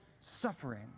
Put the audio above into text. suffering